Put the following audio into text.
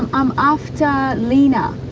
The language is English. i'm after leena.